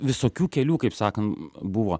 visokių kelių kaip sakan buvo